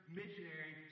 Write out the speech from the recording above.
missionary